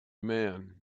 man